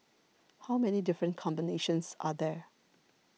how many different combinations are there